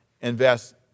invest